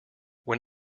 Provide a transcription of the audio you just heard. when